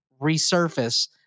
resurface